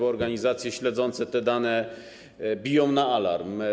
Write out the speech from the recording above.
Organizacje śledzące te dane biją na alarm.